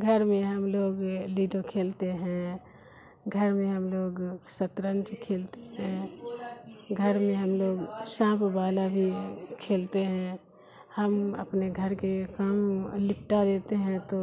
گھر میں ہم لوگ لوڈو کھیلتے ہیں گھر میں ہم لوگ شطرنج کھیلتے ہیں گھر میں ہم لوگ سانپ والا بھی کھیلتے ہیں ہم اپنے گھر کے کام لپٹا لیتے ہیں تو